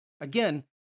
Again